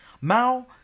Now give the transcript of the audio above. Mao